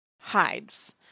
hides